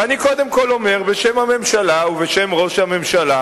ואני קודם כול אומר, בשם הממשלה ובשם ראש הממשלה,